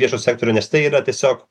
viešą sektorių nes tai yra tiesiog